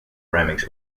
remix